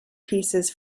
pieces